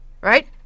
Right